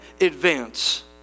advance